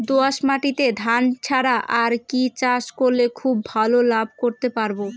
দোয়াস মাটিতে ধান ছাড়া আর কি চাষ করলে খুব ভাল লাভ করতে পারব?